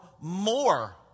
more